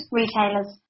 retailers